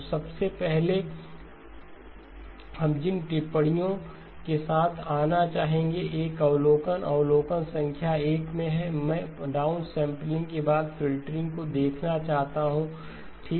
तो सबसे पहले हम जिन टिप्पणियों के साथ आना चाहेंगे यह एक अवलोकन अवलोकन संख्या 1 है मैं डाउनसैंपलिंग के बाद फ़िल्टरिंग को देखना चाहता हूं ठीक है